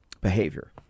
behavior